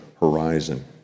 horizon